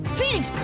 Phoenix